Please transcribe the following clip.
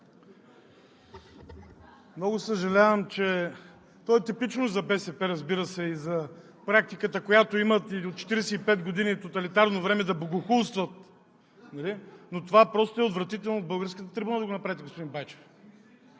Много съжалявам, че – то е типично за БСП, разбира се, и за практиката, която имат от 45 години тоталитарно време, да богохулстват, но е отвратително от българската трибуна да го направите, господин Байчев.